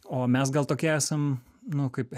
o mes gal tokie esam nu kaip